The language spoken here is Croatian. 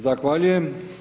Zahvaljujem.